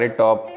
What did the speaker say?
top